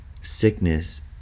sickness